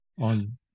on